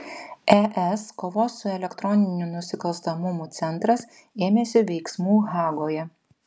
es kovos su elektroniniu nusikalstamumu centras ėmėsi veiksmų hagoje